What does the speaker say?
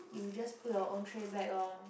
you just put your own tray back orh